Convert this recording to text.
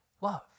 love